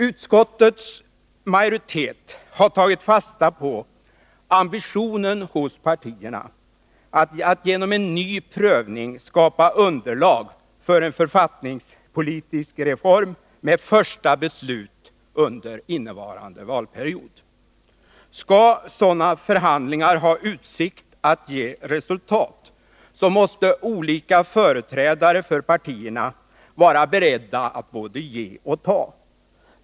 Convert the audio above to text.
Utskottets majoritet har tagit fasta på ambitionen hos partierna att genom en ny prövning skapa underlag för en författningspolitisk reform med första beslut under innevarande valperiod. Skall sådana förhandlingar ha utsikter att ge resultat, måste olika företrädare för partierna vara beredda att både ge och ta.